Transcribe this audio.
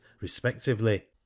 respectively